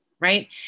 right